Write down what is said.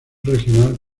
regional